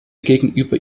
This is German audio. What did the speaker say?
gegenüber